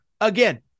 Again